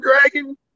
dragon